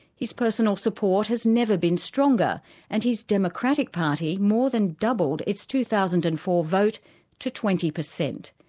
his personal support has never been stronger and his democratic party more than doubled its two thousand and four vote to twenty percent.